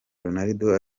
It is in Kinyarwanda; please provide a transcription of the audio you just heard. ronaldo